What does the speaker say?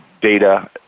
data